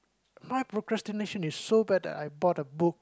my procrastination is so bad that I bought a book